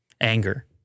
anger